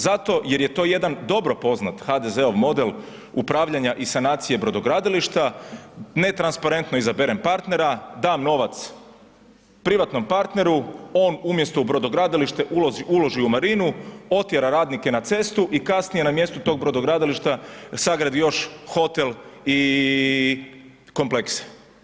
Zato jer je to jedan dobro poznat HDZ-ov model upravljanja i sanacije brodogradilišta, netransparentno izaberem partnera, dam novac privatnom partneru, on umjesto u brodogradilište uloži u marinu, otjera radnike na cestu i kasnije na mjestu tog brodogradilišta sagradi još hotel i komplekse.